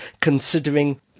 considering